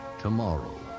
tomorrow